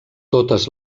totes